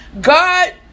God